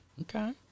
Okay